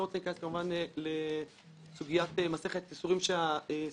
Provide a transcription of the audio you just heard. אני לא רוצה להיכנס כמובן לסוגיית מסכת הייסורים שהסטודנטים,